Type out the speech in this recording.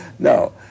No